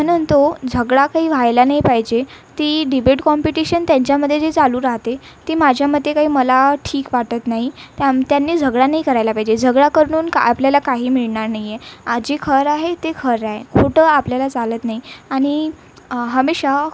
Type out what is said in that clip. म्हणून तो झगडा काही व्हायला नाही पाहिजे ती डिबेट कॉम्पिटिशन त्यांच्यामध्ये जे चालू राहते ते माझ्या मते काही मला ठीक वाटत नाही त्याम् त्यांनी झगडा नाही करायला पाहिजे झगडा करून आपल्याला काही मिळणार नाई आहे आज जे खरं आहे ते खरं आहे खोटं आपल्याला चालत नाही आणि हमेशा